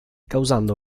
causando